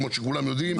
כולם יודעים,